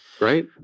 right